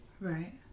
Right